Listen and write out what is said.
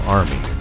army